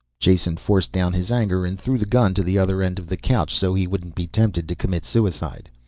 jason forced down his anger and threw the gun to the other end of the couch so he wouldn't be tempted to commit suicide.